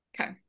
okay